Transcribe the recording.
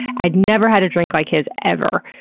i'd never had a drink like his, ever.